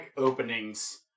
openings